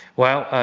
well,